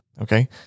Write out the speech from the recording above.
Okay